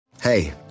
Hey